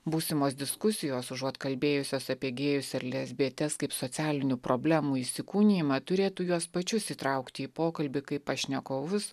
būsimos diskusijos užuot kalbėjusios apie gėjus ar lesbietes kaip socialinių problemų įsikūnijimą turėtų juos pačius įtraukti į pokalbį kaip pašnekovus